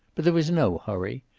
but there was no hurry.